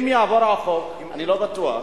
אם יעבור החוק, אני לא בטוח,